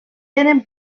tenen